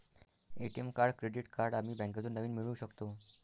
ATM card credit card आम्ही बँकेतून नवीन मिळवू शकतो